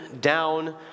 down